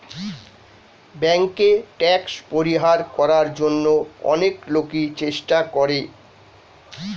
ব্যাংকে ট্যাক্স পরিহার করার জন্য অনেক লোকই চেষ্টা করে